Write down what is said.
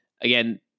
Again